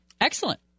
Excellent